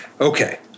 okay